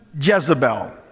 Jezebel